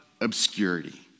obscurity